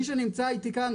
מי שנמצא איתי כאן,